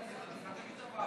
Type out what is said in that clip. של קבוצת סיעת מרצ,